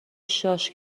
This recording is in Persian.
شاش